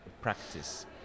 practice